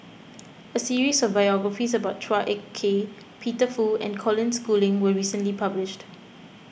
a series of biographies about Chua Ek Kay Peter Fu and Colin Schooling was recently published